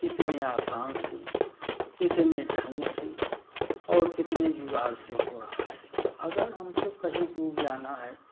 कितने आसान से कितने ढंग से और कितने जुगाड़ से हो रहा है अगर हम को कहीं दूर जाना है